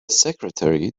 secretary